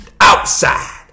Outside